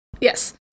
Yes